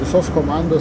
visos komandos